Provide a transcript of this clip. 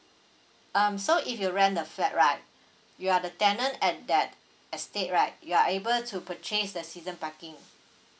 um so if you rent the flat right you are the tenant at that estate right you are able to purchase the season parking